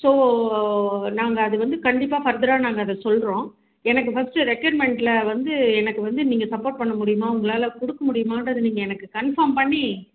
so நாங்கள் அது வந்து கண்டிப்பாக ஃபர்தராக நாங்கள் அதை சொல்கிறோம் எனக்கு ஃபர்ஸ்ட் ரெக்கர்மன்ட்டில் வந்து எனக்கு வந்து நீங்கள் சப்போர்ட் பண்ண முடியுமா உங்களால் கொடுக்க முடியுமான்றதை நீங்கள் எனக்கு கன்ஃபார்ம் பண்ணி